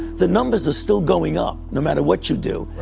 the numbers are still going up, no matter what you do.